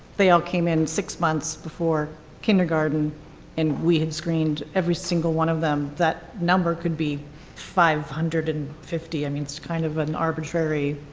they all came in six months before kindergarten and we had screened every single one of them, that number could be five hundred and fifty. i mean, it's kind of an arbitrary